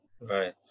right